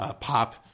pop